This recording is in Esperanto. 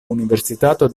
universitato